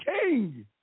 king